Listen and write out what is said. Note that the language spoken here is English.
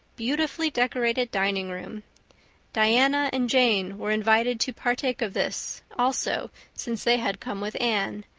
beautifully decorated dining room diana and jane were invited to partake of this, also, since they had come with anne,